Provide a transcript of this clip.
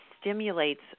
stimulates